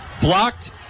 blocked